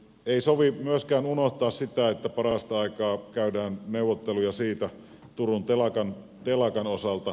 ei sovi myöskään unohtaa sitä että parasta aikaa käydään neuvotteluja turun telakan osalta